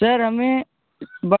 sir हमें ब